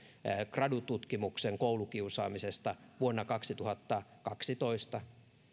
gradututkimuksen koulukiusaamisesta vuonna kaksituhattakaksitoista